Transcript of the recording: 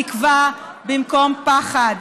תקווה במקום פחד,